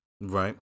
Right